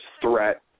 threat